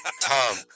Tom